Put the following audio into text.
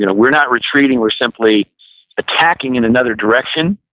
you know we're not retreating, we're simply attacking in another direction.